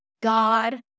God